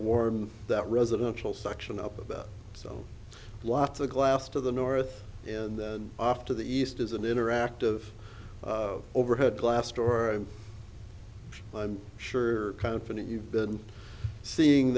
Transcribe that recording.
warm that residential section up about so lots of glass to the north and then off to the east is an interactive overhead glass door and i'm sure confident you've been seeing